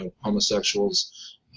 homosexuals